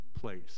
place